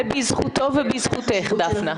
ובזכותו ובזכותך דפנה.